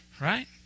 Right